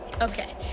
Okay